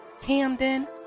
Camden